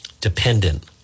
dependent